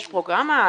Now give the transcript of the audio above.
יש פרוגרמה?